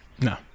no